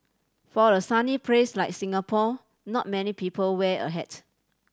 for a sunny place like Singapore not many people wear a hat